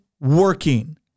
working